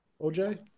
OJ